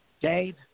Dave